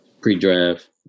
pre-draft